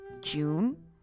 June